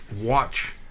watch